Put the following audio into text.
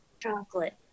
chocolate